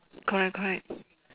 correct correct